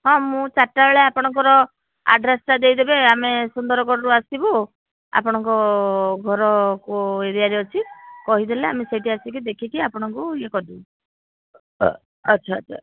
ହଁ ମୁଁ ଚାର୍ଟା ବେଳେ ଆପଣଙ୍କର ଆଡ୍ରେସ୍ଟା ଦେଇ ଦେବେ ଆମେ ସୁନ୍ଦରଗଡ଼ରୁ ଆସିବୁ ଆପଣଙ୍କ ଘର କୋଉ ଏରିଆରେ ଅଛି କହି ଦେଲେ ଆମେ ସେଠି ଆସିକି ଦେଖିକି ଆପଣଙ୍କୁ ଇଏ କରିଦବୁ ଆଚ୍ଛା ଆଚ୍ଛା